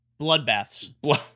bloodbaths